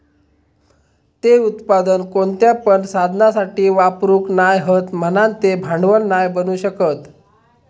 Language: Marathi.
ते उत्पादन कोणत्या पण साधनासाठी वापरूक नाय हत म्हणान ते भांडवल नाय बनू शकत